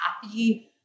happy